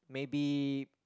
maybe